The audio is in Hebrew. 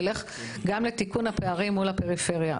תלך גם לתיקון הפערים מול הפריפריה.